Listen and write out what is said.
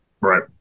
Right